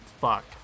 fuck